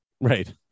Right